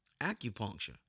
acupuncture